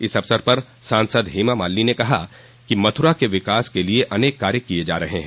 इस अवसर पर सांसद हेमामालिनी ने कहा कि मथुरा के विकास के लिए अनेक कार्य किये जा रहे हैं